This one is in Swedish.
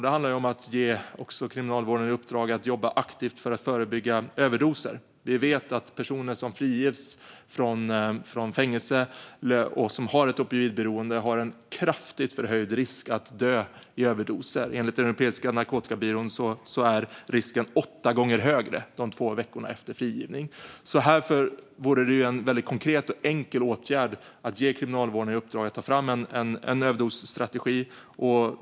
Den handlar om att ge Kriminalvården i uppdrag att också jobba aktivt för att förebygga överdoser. Vi vet att personer som friges från fängelse och som har ett opioidberoende har en kraftigt förhöjd risk att dö i överdoser. Enligt den europeiska narkotikabyrån är risken åtta gånger högre under de två veckorna efter frigivning. Här vore det en väldigt konkret och enkel åtgärd att ge Kriminalvården i uppdrag att ta fram en överdosstrategi.